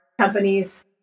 companies